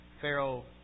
Pharaoh